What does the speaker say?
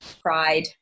pride